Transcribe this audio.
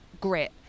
grit